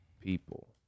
people